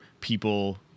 people